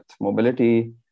mobility